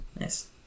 Nice